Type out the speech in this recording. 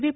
V